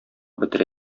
бетерә